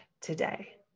today